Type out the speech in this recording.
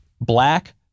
black